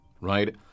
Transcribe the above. right